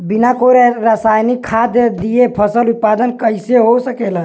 बिना कोई रसायनिक खाद दिए फसल उत्पादन कइसे हो सकेला?